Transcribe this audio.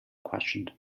questioned